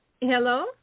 Hello